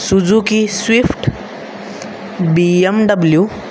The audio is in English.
Suzuki swift BMW